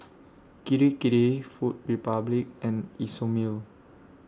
Kirei Kirei Food Republic and Isomil